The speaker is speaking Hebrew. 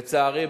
לצערי,